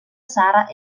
sarah